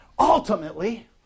Ultimately